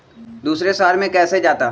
दूसरे शहर मे कैसे जाता?